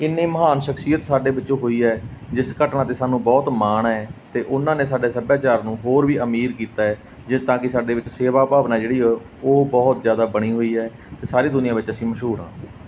ਇੰਨੀ ਮਹਾਨ ਸ਼ਖਸੀਅਤ ਸਾਡੇ ਵਿੱਚੋਂ ਹੋਈ ਹੈ ਜਿਸ ਘਟਨਾ 'ਤੇ ਸਾਨੂੰ ਬਹੁਤ ਮਾਣ ਹੈ ਅਤੇ ਉਹਨਾਂ ਨੇ ਸਾਡੇ ਸੱਭਿਆਚਾਰ ਨੂੰ ਹੋਰ ਵੀ ਅਮੀਰ ਕੀਤਾ ਹੈ ਜਿਦਾਂ ਕਿ ਸਾਡੇ ਵਿੱਚ ਸੇਵਾ ਭਾਵਨਾ ਜਿਹੜੀ ਹੈ ਉਹ ਬਹੁਤ ਜ਼ਿਆਦਾ ਬਣੀ ਹੋਈ ਹੈ ਅਤੇ ਸਾਰੀ ਦੁਨੀਆਂ ਵਿੱਚ ਅਸੀਂ ਮਸ਼ਹੂਰ ਹਾਂ